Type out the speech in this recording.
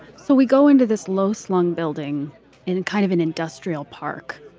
so we go into this low slung building in kind of an industrial park.